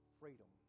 freedom